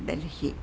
Delhi